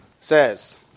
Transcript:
says